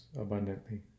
abundantly